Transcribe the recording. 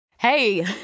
Hey